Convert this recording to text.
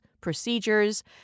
procedures